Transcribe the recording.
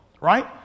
right